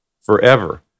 forever